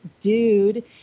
dude